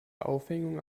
aufhängung